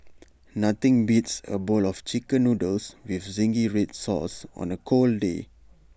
nothing beats A bowl of Chicken Noodles with Zingy Red Sauce on A cold day